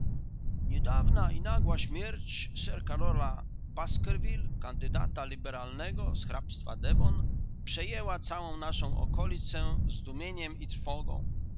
niedawna i nagła śmierć sir karola baskerville kandydata liberalnego z hrabstwa devon przejęła całą naszą okolicę zdumieniem i trwogą